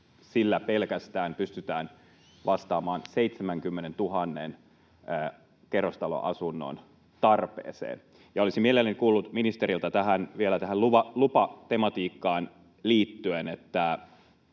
sillä pystytään vastaamaan 70 000 kerrostaloasunnon tarpeeseen. Olisin mielelläni kuullut ministeriltä vielä tähän lupatematiikkaan liittyen: